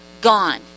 gone